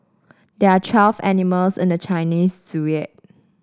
there are twelve animals in the Chinese Zodiac